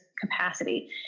capacity